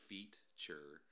Feature